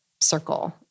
circle